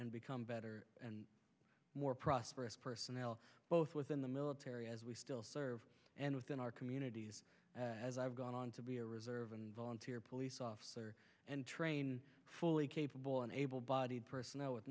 and become better and more prosperous personnel both within the military as we still serve and within our communities as i've gone on to be a reserve and volunteer police officer and train fully capable and able bodied personnel with